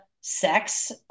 sex